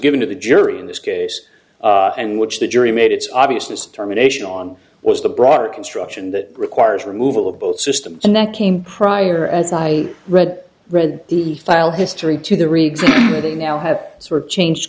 given to the jury in this case and which the jury made its obviousness terminations on was the broader construction that requires removal of both systems and that came prior as i read read the file history to the reader that they now have sort of changed